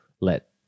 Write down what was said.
let